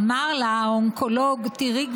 אמר לה האונקולוג: תראי,